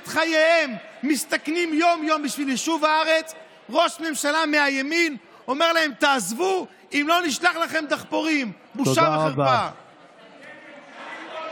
הכנסת להביא ראשונה את ועדת החוקה, חוק ומשפט.